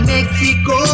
Mexico